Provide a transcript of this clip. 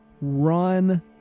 run